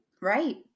Right